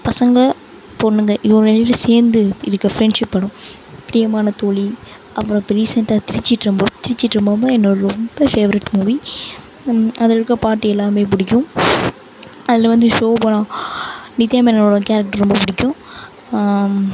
பசங்கள் பொண்ணுங்க இவங்க சேர்ந்து இருக்கற ஃப்ரெண்ட்ஷிப் படம் பிரியமான தோழி அப்புறோம் இப்போ ரீசன்ட்டாக திருச்சிற்றம்பலம் திருச்சிற்றம்பலமும் என்னோடய ரொம்ப ஃபேவரட் மூவி அதில் இருக்கற பாட்டு எல்லாமே பிடிக்கும் அதில் வந்து ஷோபனா நித்யாமேனனோட கேரக்ட்ரு ரொம்ப பிடிக்கும்